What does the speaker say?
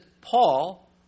Paul